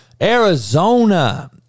Arizona